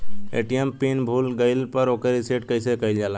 ATM PIN भूल गईल पर ओके रीसेट कइसे कइल जाला?